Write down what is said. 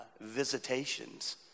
visitations